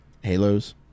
halos